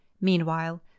Meanwhile